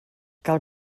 cal